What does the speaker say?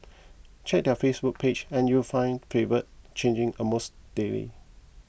check their Facebook page and you will find flavours changing almost daily